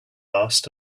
asked